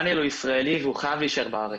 דניאל הוא ישראלי והוא חייב להישאר בארץ,